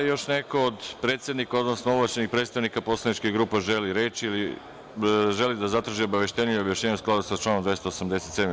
Da li još neko od predstavnika, odnosno ovlašćenih predstavnika poslaničkih grupa želi reč ili želi da zatraži obaveštenje i objašnjenje u skladu sa članom 287.